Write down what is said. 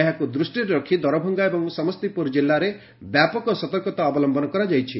ଏହାକୁ ଦୃଷ୍ଟିରେ ରଖି ଦରଭଙ୍ଗା ଏବଂ ସମସ୍ତିପୁର ଜିଲ୍ଲାରେ ବ୍ୟାପକ ସତର୍କତା ଅବଲମ୍ଭନ କରାଯାଇଛି